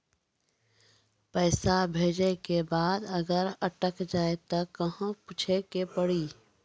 पैसा भेजै के बाद अगर अटक जाए ता कहां पूछे के पड़ी?